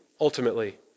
ultimately